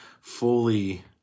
fully